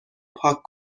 پاک